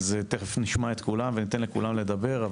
תיכף נשמע את כולם וניתן לכולם לדבר.